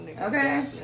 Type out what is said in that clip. okay